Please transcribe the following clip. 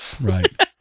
Right